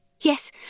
Yes